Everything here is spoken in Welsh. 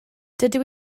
dydw